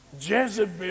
Jezebel